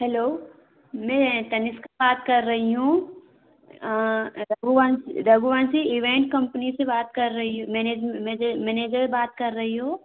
hello मैं तनीषका बात कर रही हूँ रघुवंशी इवेंट कंपनी से बात कर रही है मैनेजर बात कर रही हूँ